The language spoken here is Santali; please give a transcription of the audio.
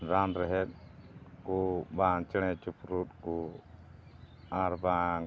ᱨᱟᱱ ᱨᱮᱦᱮᱫ ᱠᱚ ᱵᱟᱝ ᱪᱮᱬᱮ ᱪᱤᱯᱨᱩᱡ ᱠᱚ ᱟᱨ ᱵᱟᱝ